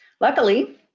Luckily